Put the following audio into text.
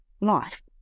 life